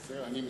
בסדר, אני מקצר.